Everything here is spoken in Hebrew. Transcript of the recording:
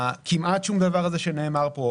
הכמעט שום דבר הזה שנאמר פה,